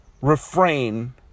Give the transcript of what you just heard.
refrain